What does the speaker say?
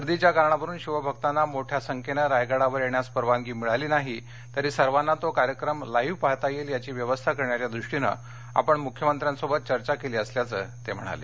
गर्दीच्या कारणावरून शिवभक्तांना मोठ्या संख्येनं रायगडावर येण्यास परवानगी मिळाली नाही तरी सर्वाना तो कार्यक्रम लाईव्ह पाहता येईल याची व्यवस्था करण्याच्या दृष्टीनं आपण मुख्यमंत्री उद्धव ठाकरे यांच्याशी चर्चा केली असल्याचं ते म्हणाले